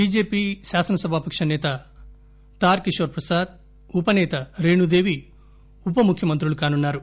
BJP శాసనసభాపక్షసేత Tarkishore Prasad ఉపనేత రేణుదేవి ఉపముఖ్యమంత్రులు కానున్నారు